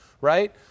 right